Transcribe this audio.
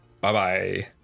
Bye-bye